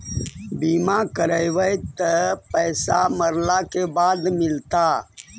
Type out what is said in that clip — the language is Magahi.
बिमा करैबैय त पैसा मरला के बाद मिलता?